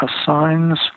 assigns